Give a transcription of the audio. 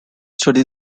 study